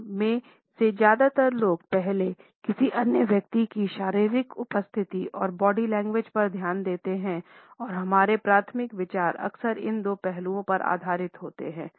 हम में से ज्यादातर लोग पहले किसी अन्य व्यक्ति की शारीरिक उपस्थिति और बॉडी लैंग्वेज पर ध्यान देते हैं और हमारे प्राथमिक विचार अक्सर इन दो पहलुओं पर आधारित होते हैं